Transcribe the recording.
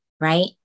right